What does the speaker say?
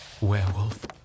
werewolf